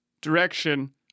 direction